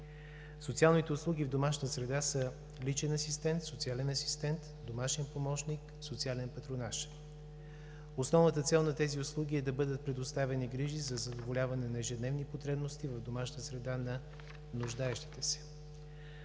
Социалните услуги в домашна среда са личен асистент, социален асистент, домашен помощник, социален патронаж. Основната цел на тези услуги е да бъдат предоставени грижи за задоволяване на ежедневните потребности на нуждаещите се